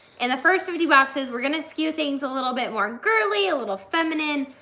and the first fifty boxes, we're gonna skew things a little bit more girly, a little feminine,